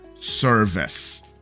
service